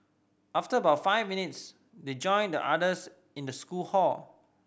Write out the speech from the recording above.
after about five minutes they joined the others in the school hall